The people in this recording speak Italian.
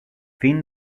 fin